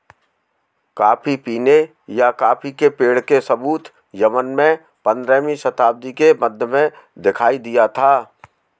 coffee पीने या coffee के पेड़ के सबूत यमन में पंद्रहवी शताब्दी के मध्य में दिखाई दिया था